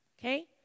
Okay